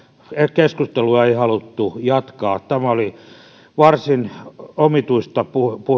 keskustelua ei haluttu jatkaa tämä oli varsin omituista